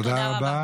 תודה רבה.